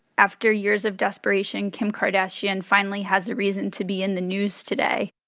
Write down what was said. after years of desperation, kim kardashian and finally has a reason to be in the news today.